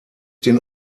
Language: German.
den